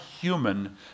human